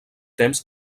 temps